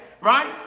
right